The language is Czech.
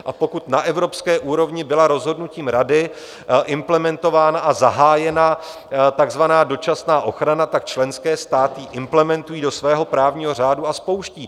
A pokud na evropské úrovni byla rozhodnutím Rady implementována a zahájena takzvaná dočasná ochrana, tak členské státy ji implementují do svého právního řádu a spouštějí.